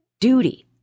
duty